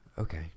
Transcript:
Okay